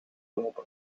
lopen